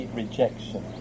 rejection